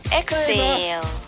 exhale